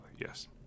yes